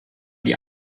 die